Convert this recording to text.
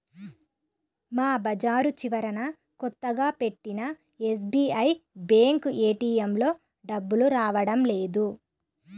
మా బజారు చివరన కొత్తగా పెట్టిన ఎస్బీఐ బ్యేంకు ఏటీఎంలో డబ్బులు రావడం లేదు